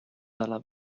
dalla